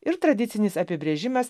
ir tradicinis apibrėžimas